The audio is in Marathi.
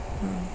हं